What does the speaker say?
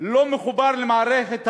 לא מחוברים למערכת הביוב,